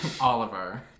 Oliver